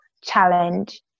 challenge